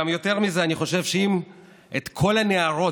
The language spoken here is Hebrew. גם יותר מזה, אני חושב שאם היינו שמים את המימון